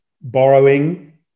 borrowing